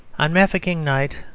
on mafeking night,